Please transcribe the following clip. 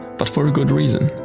but for a good reason